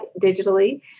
digitally